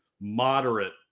moderate